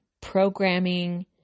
programming